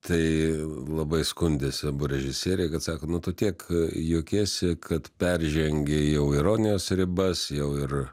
tai labai skundėsi abu režisieriai kad sako nu tu tiek juokiesi kad peržengi jau ironijos ribas jau ir